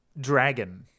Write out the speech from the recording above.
Dragon